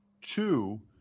two